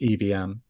EVM